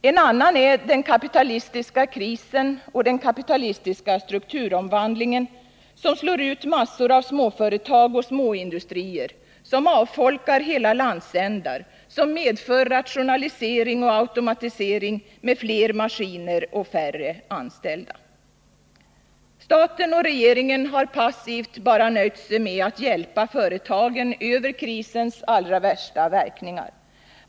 En annan är den kapitalistiska krisen och den kapitalistiska strukturomvandlingen, som slår ut massor av småföretag och småindustrier, som avfolkar hela landsändar, som medför rationalisering och automatisering med fler maskiner och färre anställda. Staten och regeringen har passivt nöjt sig med att bara hjälpa företagen över krisens allra värsta verkningar.